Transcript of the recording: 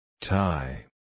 Tie